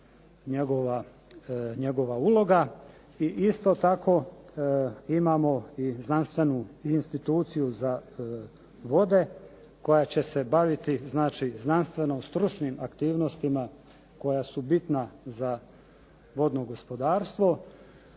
njegova uloga i isto tako imamo i Znanstvenu instituciju za vode koja će se baviti znači znanstveno-stručnim aktivnostima koja su bitna za vodno gospodarstvo